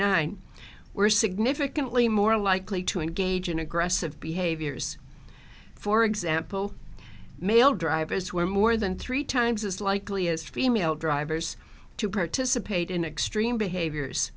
nine were significantly more likely to engage in aggressive behaviors for example male drivers who are more than three times as likely as female drivers to participate in extreme behaviors